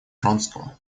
вронского